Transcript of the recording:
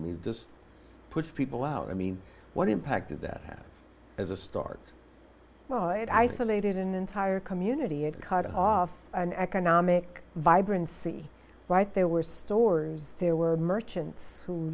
mean just push people out i mean what impact is that as a start it isolated an entire community it cut off an economic vibrancy right there were stores there were merchants who